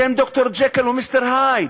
אתם ד"ר ג'קיל ומיסטר הייד.